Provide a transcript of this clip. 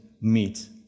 meet